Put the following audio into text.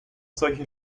solche